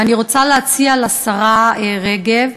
ואני רוצה להציע לשרה רגב,